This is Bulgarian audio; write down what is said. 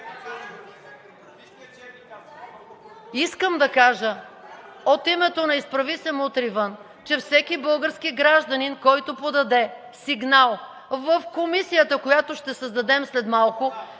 Искам да кажа от името на „Изправи се! Мутри вън!“, че всеки български гражданин, който подаде сигнал в комисията, която ще създадем след малко,